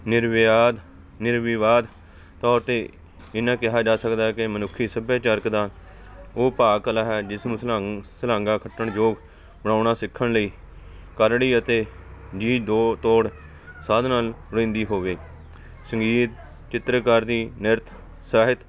ਨਿਰਵਿਆਦ ਨਿਰਵਿਵਾਦ ਤੌਰ 'ਤੇ ਇੰਨਾ ਕਿਹਾ ਜਾ ਸਕਦਾ ਹੈ ਕਿ ਮਨੁੱਖੀ ਸੱਭਿਆਚਾਰਕ ਦਾ ਉਹ ਭਾਗ ਕਲਾ ਹੈ ਜਿਸ ਨੂੰ ਸੁਲੰਗ ਸ਼ਲਾਂਘਾ ਖੱਟਣ ਯੋਗ ਬਣਾਉਣਾ ਸਿੱਖਣ ਲਈ ਕਰੜੀ ਅਤੇ ਜੀਅ ਦੋ ਤੋੜ ਸਾਧਨਾ ਰਹਿੰਦੀ ਹੋਵੇ ਸੰਗੀਤ ਚਿੱਤਰਕਾਰ ਦੀ ਨਿਰਤ ਸਾਹਿਤ